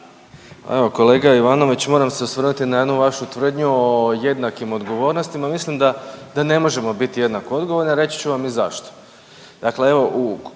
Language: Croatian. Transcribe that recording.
Evo kolega Ivanović moram se osvrnuti na jednu vašu tvrdnju o jednakim odgovornostima. Mislim da, da ne možemo biti jednako odgovorni, a reći ću vam i zašto. Dakle evo u,